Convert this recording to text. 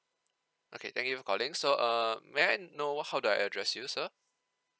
okay thank you for calling so err may I know how do I address you sir